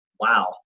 wow